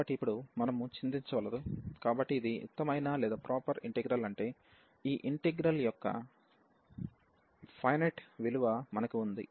కాబట్టి ఇప్పుడు మనము చింతించవలదు కాబట్టి ఇది యుక్తమైన లేదా ప్రాపర్ ఇంటిగ్రల్ అంటే ఈ ఇంటిగ్రల్ యొక్క ఫైనెట్ విలువ మనకు ఉంది